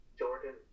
Jordan